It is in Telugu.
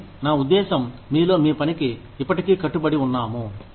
కానీ నా ఉద్దేశ్యం మీలో మీ పనికి ఇప్పటికీ కట్టుబడి ఉన్నాము